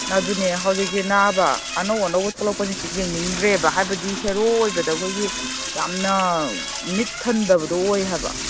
ꯑꯗꯨꯅꯦ ꯍꯧꯖꯤꯛꯁꯤꯅꯕ ꯑꯅꯧ ꯑꯅꯧꯕ ꯊꯣꯛꯂꯛꯄꯁꯤꯡꯁꯦ ꯌꯦꯡꯅꯤꯡꯗ꯭ꯔꯦꯕ ꯍꯥꯏꯕꯗꯤ ꯍꯦꯔꯣ ꯑꯣꯏꯕꯗ ꯑꯩꯈꯣꯏꯒꯤ ꯌꯥꯝꯅ ꯃꯤꯠ ꯊꯟꯗꯕꯗꯣ ꯑꯣꯏ ꯍꯥꯏꯕ